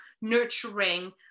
nurturing